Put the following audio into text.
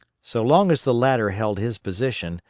so long as the latter held his position,